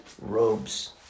robes